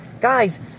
Guys